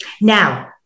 Now